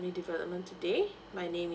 family development today my name is